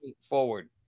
forward